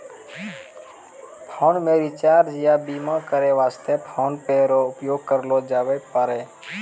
phone मे recharge या बीमा करै वास्ते फोन पे रो उपयोग करलो जाबै पारै